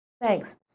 Thanks